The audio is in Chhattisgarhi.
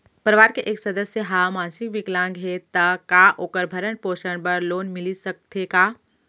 परवार के एक सदस्य हा मानसिक विकलांग हे त का वोकर भरण पोषण बर लोन मिलिस सकथे का?